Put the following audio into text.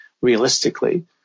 realistically